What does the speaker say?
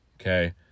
Okay